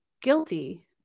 guilty